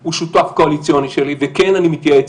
הוא שותף קואליציוני שלי, וכן אני מתייעץ